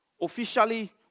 officially